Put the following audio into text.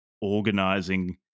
organizing